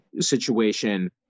situation